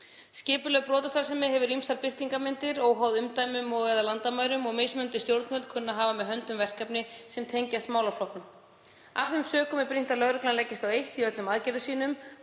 Skipuleg brotastarfsemi hefur ýmsar birtingarmyndir óháð umdæmum og/eða landamærum og mismunandi stjórnvöld kunna að hafa með höndum verkefni sem tengjast málaflokknum. Af þeim sökum er brýnt að lögreglan leggist á eitt í öllum aðgerðum